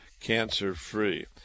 cancer-free